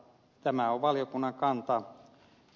tämä on valiokunnan kanta